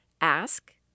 Ask